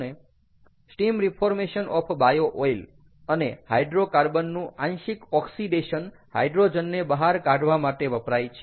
steam reformation of bio oil અને hydrocarbon નું આંશિક ઓક્સિડેશન હાઈડ્રોજનને બહાર કાઢવા માટે વપરાય છે